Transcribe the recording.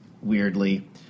weirdly